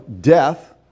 death